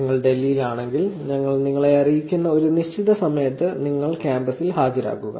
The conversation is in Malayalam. നിങ്ങൾ ഡൽഹിയിലാണെങ്കിൽ ഞങ്ങൾ നിങ്ങളെ അറിയിക്കുന്ന ഒരു നിശ്ചിത സമയത്ത് നിങ്ങൾക്ക് കാമ്പസിൽ ഹാജരാകുക